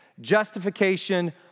justification